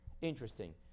Interesting